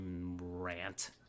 rant